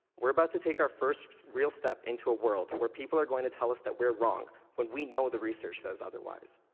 we're about to take our first real step into a world where people are going to tell us that we're wrong when we know the research says otherwise.